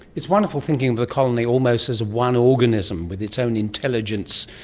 it's wonderful thinking of the colony almost as one organism, with its own intelligence,